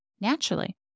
naturally